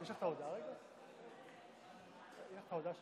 (קוראת בשמות חברי הכנסת) ענבר בזק,